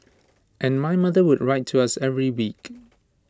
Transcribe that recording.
and my mother would write to us every week